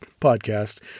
podcast